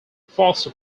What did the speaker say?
foster